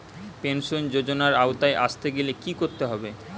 Pension যজোনার আওতায় আসতে গেলে কি করতে হবে?